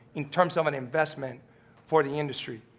in terms of an investment for the industry,